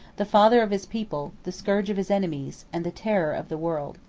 the father of his people, the scourge of his enemies, and the terror of the world.